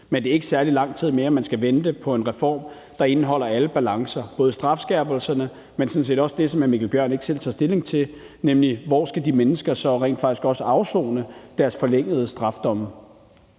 men det er ikke særlig lang tid mere, man skal vente på en reform, der indeholder alle balancer, både strafskærpelserne, men sådan set også det, som hr. Mikkel Bjørn ikke selv tager stilling til, nemlig hvor de mennesker så rent faktisk skal afsone deres forlængede straffedomme.